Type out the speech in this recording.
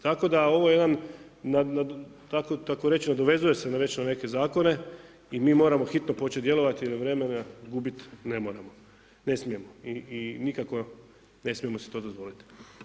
Tako da ovo je jedan takoreći nadovezuje se već na neke zakone i mi moramo hitno početi djelovati jer vremena gubit ne moramo, ne smijemo i nikako ne smijemo si to dozvolit.